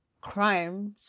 crimes